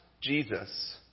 Jesus